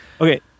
okay